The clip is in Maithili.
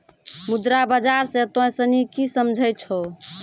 मुद्रा बाजार से तोंय सनि की समझै छौं?